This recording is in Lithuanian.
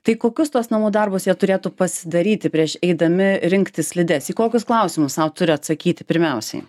tai kokius tuos namų darbus jie turėtų pasidaryti prieš eidami rinktis slides į kokius klausimus sau turi atsakyti pirmiausiai